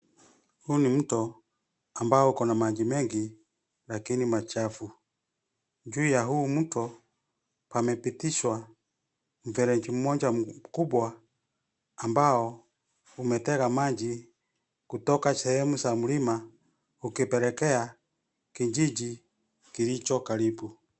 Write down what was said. Huu ni mto ambao uko na maji mengi lakini machafu. Juu ya huu mto pamepitishwa mfereji mmoja mkubwa ambao umetega maji kutoka sehemu za mlima ukipelekea kijiji kilicho karibu.